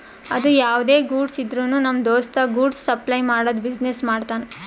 ಅದು ಯಾವ್ದೇ ಗೂಡ್ಸ್ ಇದ್ರುನು ನಮ್ ದೋಸ್ತ ಗೂಡ್ಸ್ ಸಪ್ಲೈ ಮಾಡದು ಬಿಸಿನೆಸ್ ಮಾಡ್ತಾನ್